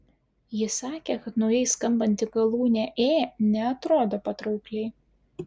ji sakė kad naujai skambanti galūnė ė neatrodo patraukliai